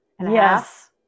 Yes